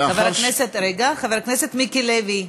חבר הכנסת מיקי לוי,